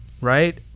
Right